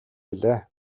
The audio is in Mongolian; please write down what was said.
билээ